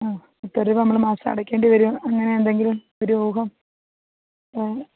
ആ എത്ര രൂപ നമ്മൾ മാസം അടയ്ക്കേണ്ടി വരും അങ്ങനെയെന്തെങ്കിലും ഒരൂഹം ആ